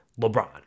LeBron